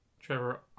Trevor